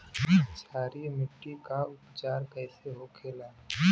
क्षारीय मिट्टी का उपचार कैसे होखे ला?